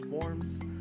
forms